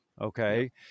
Okay